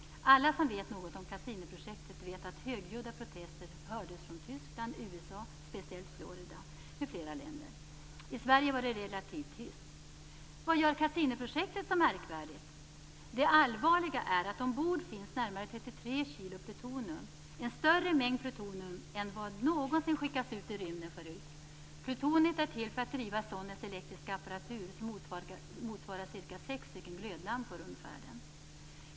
Alla som vet något om Cassiniprojektet, vet att högljudda protester hördes från Tyskland, USA, speciellt Florida, m.fl. länder. I Sverige var det relativt tyst. Vad gör Cassiniprojektet så märkvärdigt? Det allvarliga är att ombord finns närmare 33 kg plutonium, en större mängd plutonium än vad någonsin skickats ut i rymden förut. Plutoniet är till för att driva sondens elektriska apparatur, som motsvarar cirka sex stycken glödlampor, under färden.